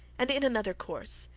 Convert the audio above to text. and in another course,